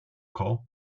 coal